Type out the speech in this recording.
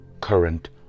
current